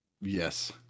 yes